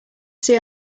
see